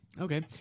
Okay